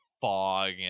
fog